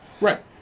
Right